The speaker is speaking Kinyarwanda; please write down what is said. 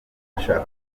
bashaka